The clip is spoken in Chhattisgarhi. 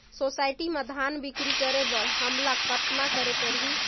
सोसायटी म धान बिक्री करे बर हमला कतना करे परही?